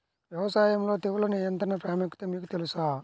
వ్యవసాయంలో తెగుళ్ల నియంత్రణ ప్రాముఖ్యత మీకు తెలుసా?